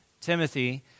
Timothy